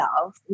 love